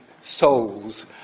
souls